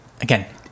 again